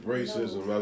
Racism